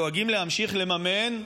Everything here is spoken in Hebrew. דואגים להמשיך לממן,